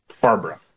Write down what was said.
Barbara